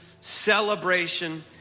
celebration